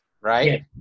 right